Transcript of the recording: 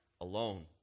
alone